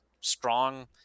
strong